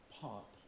pop